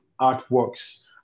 artworks